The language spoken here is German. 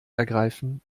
ergreifen